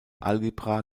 algebra